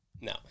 No